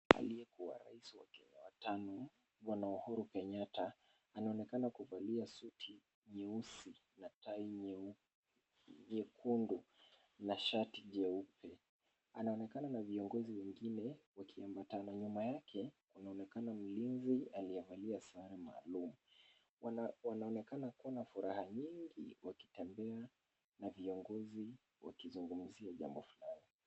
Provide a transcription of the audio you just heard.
Aliyekuwa rais wa Kenya wa tano Bwana Uhuru Kenyatta anaonekana kuvalia suti nyeusi na tai nyekundu na shati jeupe. Anaonekana na viongozi wengine wakiambatana. Nyuma yake kunaonekana mlinzi aliyevalia sare maalum. Wanaonekana kuwa na furaha nyingi wakitembea na viongozi wakizungumzia jambo fulani.